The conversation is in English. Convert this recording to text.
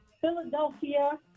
Philadelphia